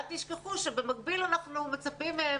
אל תשכחו שבמקביל אנחנו מצפים מהם